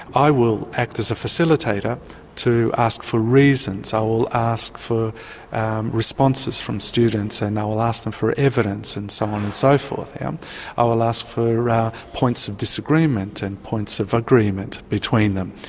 i will act as a facilitator to ask for reasons. i will ask for responses from students, and i will ask them for evidence and so on and so forth. i um i will ask for ah points of disagreement and points of agreement between them,